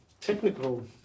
technical